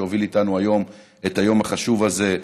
שהוביל איתנו היום את היום החשוב הזה,